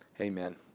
Amen